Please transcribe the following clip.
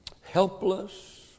Helpless